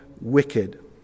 wicked